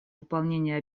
выполнения